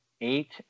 eight